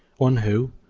one who,